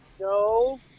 no